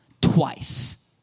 twice